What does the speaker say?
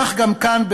כך גם כאן,